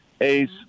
Ace